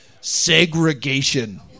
Segregation